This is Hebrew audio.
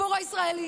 הציבור הישראלי